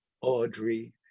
Audrey